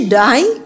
die